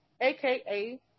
aka